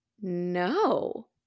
no